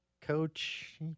coach